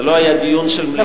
זה לא היה דיון של המליאה.